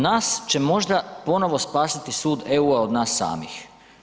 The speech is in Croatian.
Nas će možda ponovno spasiti sud EU-a od nas samih.